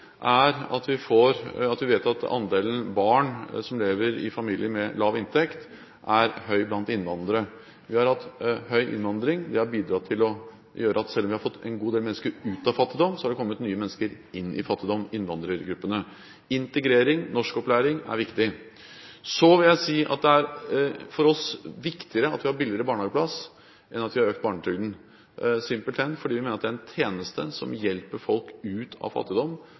er at vi vet at andelen barn som lever i familier med lav inntekt, er høy blant innvandrere. Vi har hatt høy innvandring. Det har bidratt til å gjøre at selv om vi har fått en god del mennesker ut av fattigdom, har det kommet nye mennesker inn i fattigdom – innvandrergruppene. Integrering og norskopplæring er viktig. Så vil jeg si at for oss er det viktigere at vi har billigere barnehageplass, enn at vi har økt barnetrygden, simpelthen fordi vi mener det er en tjeneste som hjelper folk ut av fattigdom.